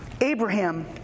Abraham